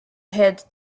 head